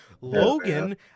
Logan